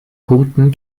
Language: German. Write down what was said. punkten